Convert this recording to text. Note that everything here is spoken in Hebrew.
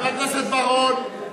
חבר הכנסת בר-און.